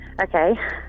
Okay